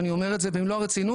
אני אומר את זה במלוא הרצינות,